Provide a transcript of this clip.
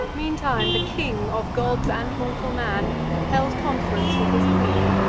meantime the king of gods and mortal man held conference with his queen,